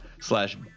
slash